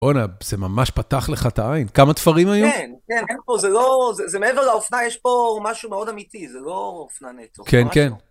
בואנה, זה ממש פתח לך את העין, כמה תפרים היו? כן, כן, זה לא, זה מעבר לאופנה, יש פה משהו מאוד אמיתי, זה לא אופנה נטו. כן, כן.